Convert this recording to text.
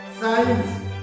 science